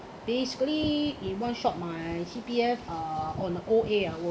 basically in one-shot my C_P_F uh on O_A ah